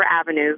Avenue